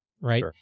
right